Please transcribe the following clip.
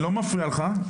אני לא מפריע לך,